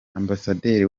ambasaderi